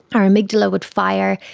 our amygdala would fire,